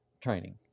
training